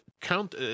Count